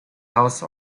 house